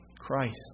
Christ